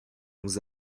nous